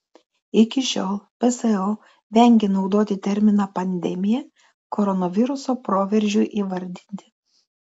iki šiol pso vengė naudoti terminą pandemija koronaviruso proveržiui įvardinti